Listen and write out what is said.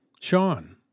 Sean